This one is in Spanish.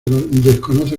desconoce